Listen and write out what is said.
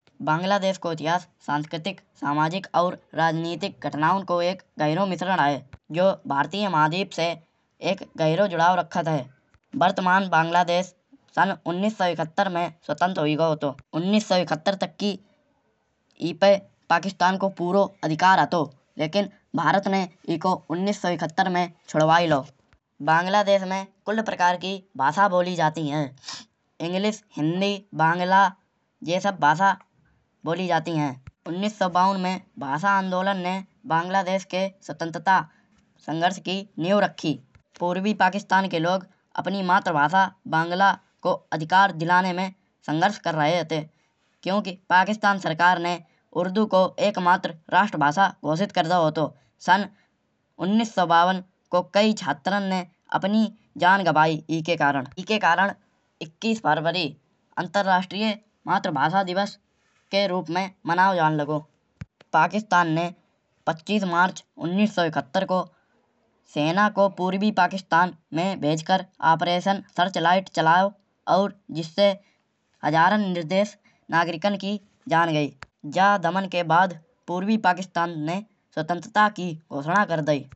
बांग्लादेश को इतिहास सांस्कृतिक सामाजिक और राजनैतिक घटनाओं को एक गहीरो मिश्रण है। जो भारतीय महाद्वीप से एक गहीरो जुड़ाव रखत है। वर्तमान बांग्लादेश सन् उन्नीस सौ इकहत्तर में स्वतंत्र हुई गाओ हतो। उन्नीस सौ इकहत्तर तक की ईपे पाकिस्तान को पूरो अधिकार हतो। लेकिन भारत ने ईको उन्नीस सौ इकहत्तर में छुड़वाए लाओ। बांग्लादेश में कुल प्रकार की बोली बोली जाती है। अंग्रेजी हिंदी बंगला जे सब भाषा बोली जाती है। उन्नीस सौ बावन में भाषा आंदोलन ने बांग्लादेश के स्वतंत्रता संघर्ष की नींव रखी। पूर्वी पाकिस्तान के लोग अपनी मातृ भाषा बंगला को अधिकार दिलाने में संघर्ष कर रहे हते। क्योंकि पाकिस्तान सरकार ने उर्दू को एकमात्र राष्ट्र भाषा घोषित कर दाओ हतो। सन उन्नीस सौ बावन को कई छात्रन ने अपनी जान गंवाई ईके करण। ईके करण इक्कीस फरवरी अन्तर्राष्ट्रीय मातृभाषा दिवस के रूप में मनाओ जान लागो। पाकिस्तान ने पच्चीस मार्च उन्नीस सौ इकहत्तर को सेना को पूर्वी पाकिस्तान में भेजकर ऑपरेशन सर्च लाइट चलाओ। और जिससे हजारन निर्दोष नागरिकन की जान गई। जा दमन के बाद पूर्वी पाकिस्तान ने स्वतंत्रता की घोषणा कर दई।